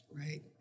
Right